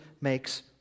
makes